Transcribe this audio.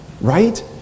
Right